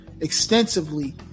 extensively